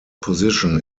position